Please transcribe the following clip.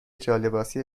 جالباسی